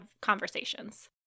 conversations